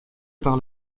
par